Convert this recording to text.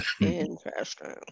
interesting